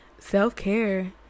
Self-care